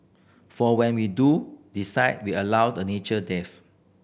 for when we do decide we allow a natural death